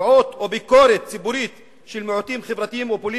דעות או ביקורת ציבורית של מיעוטים חברתיים או פוליטיים,